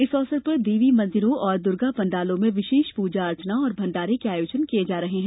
इस अवसर पर देवी मंदिरों और दुर्गा पंडालों में विशेष पूजा और भण्डारे के आयोजन किये जा रहे हैं